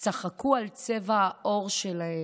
צחקו על צבע העור שלהן,